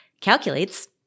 calculates